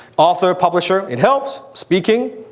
author publisher, it helps, speaking,